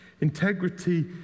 Integrity